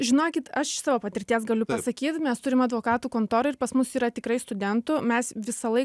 žinokit aš iš savo patirties galiu pasakyt mes turime advokatų kontorą ir pas mus yra tikrai studentų mes visąlaik